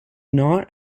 not